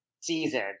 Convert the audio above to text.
season